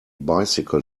bicycle